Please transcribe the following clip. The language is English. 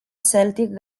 celtic